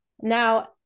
Now